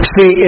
See